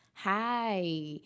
Hi